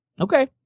Okay